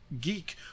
geek